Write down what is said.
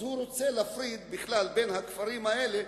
אז הוא רוצה להפריד בכלל בין הכפרים האלה,